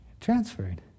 Transferred